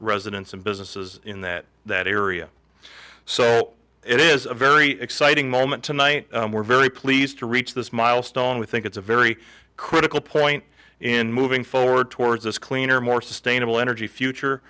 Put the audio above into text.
residents and businesses in that that area so it is a very exciting moment tonight we're very pleased to reach this milestone we think it's a very critical point in moving forward towards this cleaner more sustainable energy future